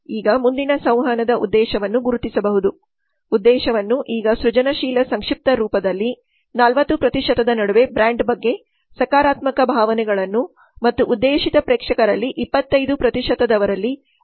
ಈಗ ಮುಂದಿನ ಸಂವಹನದ ಉದ್ದೇಶವನ್ನು ಗುರುತಿಸಬಹುದು ಉದ್ದೇಶವನ್ನು ಈಗ ಸೃಜನಶೀಲ ಸಂಕ್ಷಿಪ್ತ ರೂಪದಲ್ಲಿ 40 ಪ್ರತಿಶತದ ನಡುವೆ ಬ್ರ್ಯಾಂಡ್ ಬಗ್ಗೆ ಸಕಾರಾತ್ಮಕ ಭಾವನೆಗಳನ್ನು ಮತ್ತು ಉದ್ದೇಶಿತ ಪ್ರೇಕ್ಷಕರಲ್ಲಿ 25 ಪ್ರತಿಶತದವರಲ್ಲಿ ಆದ್ಯತೆಯನ್ನು ಸೃಷ್ಟಿಸುವುದು ಎಂದು ಬರೆಯಬಹುದು